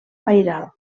pairal